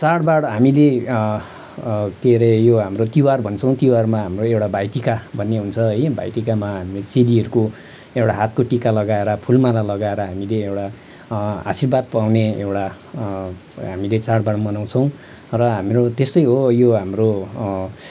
चाडबाड हामीले के अरे यो हाम्रो तिहार भन्छौँ तिहारमा हाम्रो एउटा भाइटिका भन्ने हुन्छ है भाइ टिकामा चेलीहरूको एउटा हातको टीका लगाएर फुलमाला लगाएर हामीले हामीले एउटा आर्शीवाद पाउने एउटा हामीले चाडबाड मनाउँछौँ र हाम्रो त्यस्तै हो यो हाम्रो